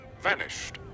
vanished